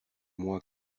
moi